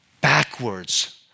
backwards